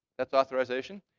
that's authorization.